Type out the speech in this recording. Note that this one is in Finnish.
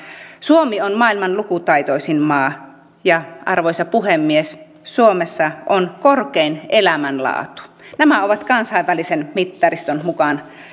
suomi on maailman lukutaitoisin maa ja arvoisa puhemies suomessa on korkein elämänlaatu nämä ovat kansainvälisen mittariston mukaan